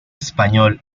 español